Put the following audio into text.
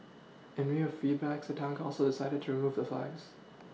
in view a feedbacks the town council decided to remove a flags